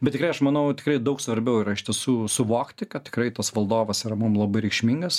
bet tikrai aš manau tikrai daug svarbiau yra iš tiesų suvokti kad tikrai tas valdovas yra mum labai reikšmingas